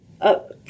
up